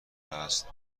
است